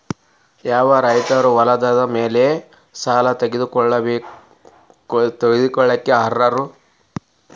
ಯಾವ ರೈತರು ಹೊಲದ ಮೇಲೆ ಸಾಲ ತಗೊಳ್ಳೋಕೆ ಅರ್ಹರು?